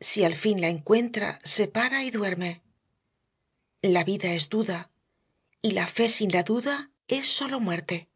si al fin la encuentra se para y duerme la vida es duda y la fe sin la duda es sólo muerte